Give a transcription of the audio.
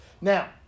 Now